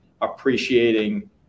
appreciating